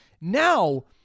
Now